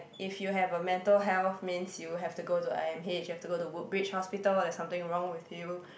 if you have a mental health means you have to go to i_m_h you have to go to Woodbridge hospital there's something wrong with you